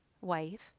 wife